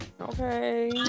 Okay